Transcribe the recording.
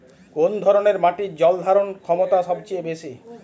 কোন ধরণের মাটির জল ধারণ ক্ষমতা সবচেয়ে বেশি?